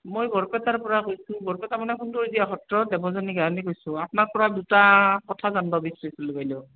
মই বৰপেটাৰপৰা কৈছোঁ বৰপেটা মানে সুন্দৰীদিয়া সত্ৰৰ দেৱযানী গায়নে কৈছোঁ আপোনাৰপৰা দুটা কথা জানিব বিচাৰিছিলোঁ বাইদেউ